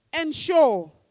ensure